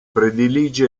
predilige